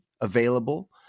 available –